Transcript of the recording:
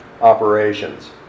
operations